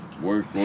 work